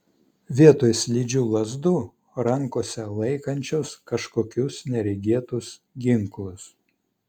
vietoj slidžių lazdų rankose laikančios kažkokius neregėtus ginklus